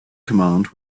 command